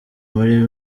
muri